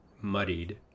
muddied